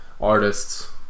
artists